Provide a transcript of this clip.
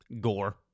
Gore